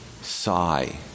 sigh